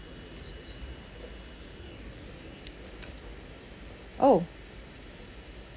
orh